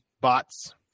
bots